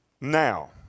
Now